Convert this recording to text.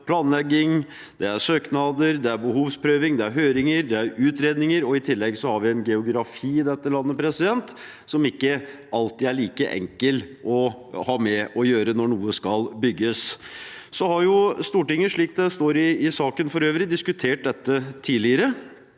planlegging, søknader, behovsprøving, høringer og utredninger, og i tillegg har vi en geografi i dette landet som ikke alltid er like enkel å ha med å gjøre når noe skal bygges. Stortinget har, slik det står i saken, diskutert dette tidligere,